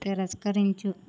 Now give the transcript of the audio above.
తిరస్కరించు